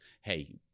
hey